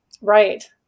Right